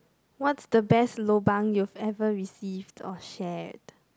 what's the best lobang you've ever received or shared